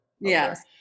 Yes